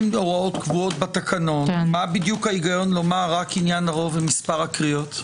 אם בהוראות קבועות בתקנון מה ההיגיון לומר רק עניין רוב ומספר הקריאות?